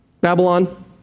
Babylon